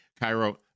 Cairo